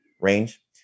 range